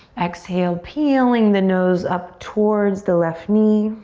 exhale, peeling the nose up towards the left knee.